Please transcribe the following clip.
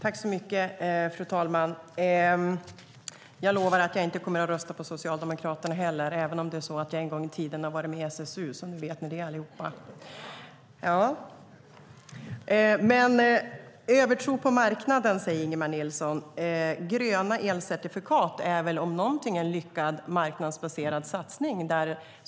Fru talman! Jag lovar att jag inte kommer att rösta på Socialdemokraterna, även om jag en gång i tiden var med i SSU. Nu vet ni det, allihop. Övertro på marknaden, säger Ingemar Nilsson. Gröna elcertifikat är väl om någonting en lyckad marknadsbaserad satsning.